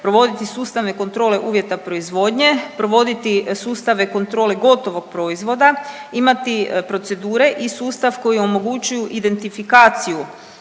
provoditi sustavne kontrole uvjeta proizvodnje, provoditi sustave kontrole gotovog proizvoda, imati procedure i sustav koji omogućuju identifikaciju